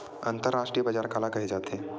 अंतरराष्ट्रीय बजार काला कहे जाथे?